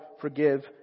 forgive